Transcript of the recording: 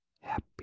Happy